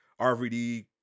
RVD